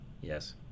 Yes